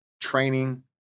training